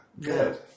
Good